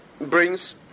Brings